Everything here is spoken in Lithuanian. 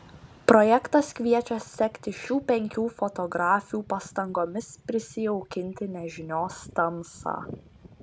projektas kviečia sekti šių penkių fotografių pastangomis prisijaukinti nežinios tamsą